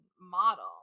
model